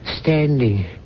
standing